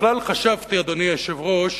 בכלל חשבתי, אדוני היושב-ראש,